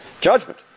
judgment